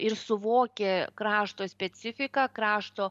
ir suvokė krašto specifiką krašto